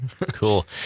Cool